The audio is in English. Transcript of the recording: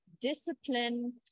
discipline